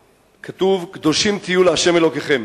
כתוב: קדושים תהיו לה' אלוקיכם.